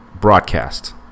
broadcast